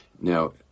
Now